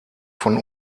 von